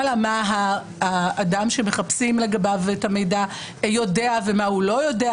מה האדם שמחפשים לגביו את המידע יודע ומה הוא לא יודע,